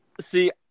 See